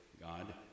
God